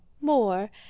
more